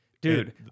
Dude